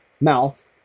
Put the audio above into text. mouth